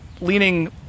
leaning